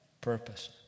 purpose